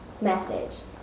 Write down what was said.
message